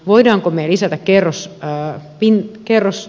voimmeko me lisätä kerrosmääriä